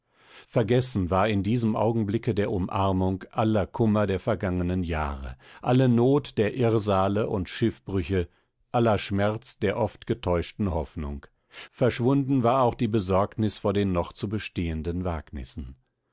vergessen war in diesem augenblicke der umarmung aller kummer der vergangenen jahre alle not der irrsale und schiffbrüche aller schmerz der oft getäuschten hoffnung verschwunden war auch die besorgnis vor den noch zu bestehenden wagnissen